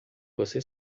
você